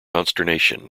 consternation